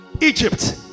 Egypt